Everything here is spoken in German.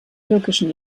türkischen